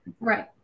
right